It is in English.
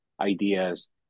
ideas